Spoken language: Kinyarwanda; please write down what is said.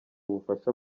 ubufasha